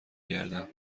گردم